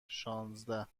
شانزده